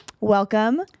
Welcome